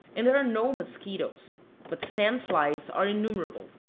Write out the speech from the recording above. and there are no musquitoes but sand-flies are innumerable.